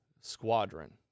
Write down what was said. Squadron